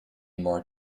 more